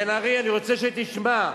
בן-ארי, אני רוצה שתשמע,